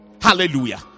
Hallelujah